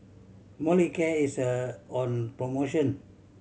Molicare is a on promotion